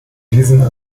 diesen